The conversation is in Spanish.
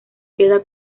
queda